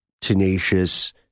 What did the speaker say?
tenacious